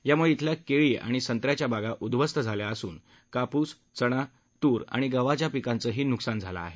त्यामुळे इथल्या केळी आणि संत्र्याच्या बागा उध्वस्त झाल्या असून कापूस चणा तूर आणि गव्हाच्या पिकांचंही नुकसान झालं आहे